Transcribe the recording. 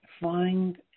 Find